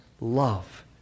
love